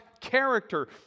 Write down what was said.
character